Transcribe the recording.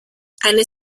eine